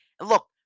Look